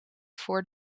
voor